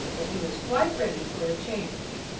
that he was quite ready for a change.